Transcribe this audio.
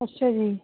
ਅੱਛਾ ਜੀ